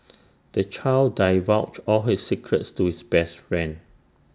the child divulged all his secrets to his best friend